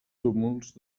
túmuls